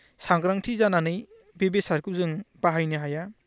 सांग्रांथि जानानै बे बेसादखौ जों बाहायनो हाया